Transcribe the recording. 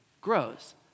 grows